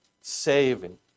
saving